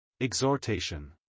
Exhortation